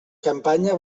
campanya